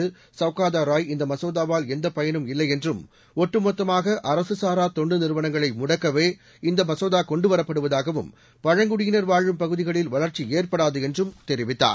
கௌகாதா ராய் இந்த மசோதாவால் எந்த பயனும் இல்லையென்றும் ஒட்டு மொத்தமாக அரசு சாரா தொண்டு நிறுவனங்களை முடக்கவே கொண்டு வரப்படுவதாகவும் பழங்குடியினர் வாழும் பகுதிகளில் வளர்ச்சி ஏற்படாது என்றும் தெரிவித்தார்